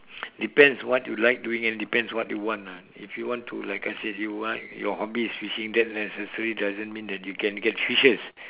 depends what you like doing and depends what you want ah if you want to like I said you want your hobbies is fishing that necessary doesn't mean you can get fishes